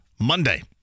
Monday